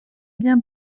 bien